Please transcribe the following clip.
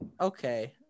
Okay